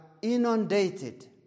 inundated